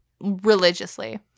religiously